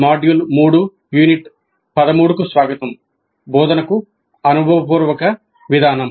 module 3 unit 13 కు స్వాగతం బోధనకు అనుభవపూర్వక విధానం